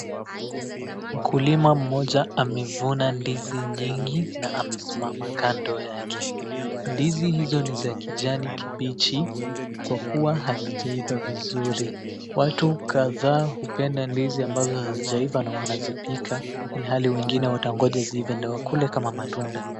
Mkulima mmoja amevuna ndizi nyingi na amesimama kando yake ndizi hizo ni za kijani kibichi kwa kua hazijeiva vizuri watu kadha hupenda ndizi ambazo hazijeiva na wanazipika ilihali wengine watangoja ziive ndo wakule kama matunda.